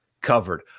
covered